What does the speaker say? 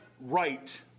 right